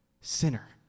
sinner